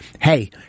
hey